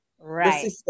Right